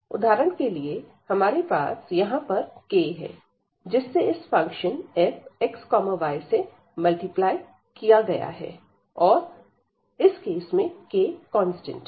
उदाहरण के लिए हमारे पास यहां का k है जिससे इस फंक्शन fxy से मल्टीप्लाई किया गया है और इस केस में k कांस्टेंट है